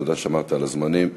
תודה ששמרת על הזמנים.